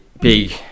big